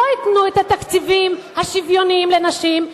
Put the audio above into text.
לא ייתנו את התקציבים השוויוניים לנשים,